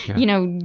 you know,